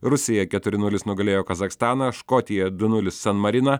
rusija keturi nulis nugalėjo kazachstaną škotija du nulis san mariną